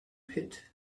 pit